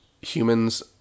humans